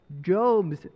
Job's